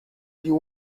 you